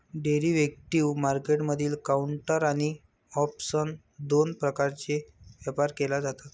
derivative मार्केटमधील counter आणि option दोन प्रकारे व्यापार केला जातो